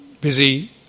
busy